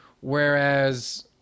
whereas